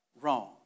wrong